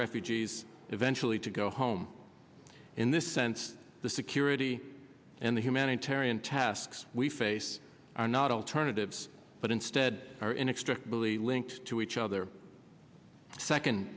refugees eventually to go home in this sense the security and the humanitarian tasks we face are not alternatives but instead are inextricably linked to each other second